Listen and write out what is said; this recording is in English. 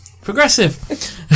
Progressive